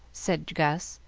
said gus,